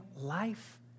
life